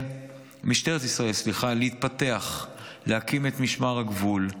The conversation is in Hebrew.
משטרת ישראל להתפתח, להקים את משמר הגבול,